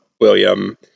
William